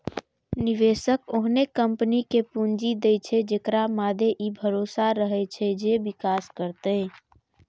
निवेशक ओहने कंपनी कें पूंजी दै छै, जेकरा मादे ई भरोसा रहै छै जे विकास करतै